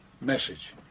message